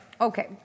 Okay